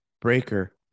Breaker